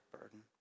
burden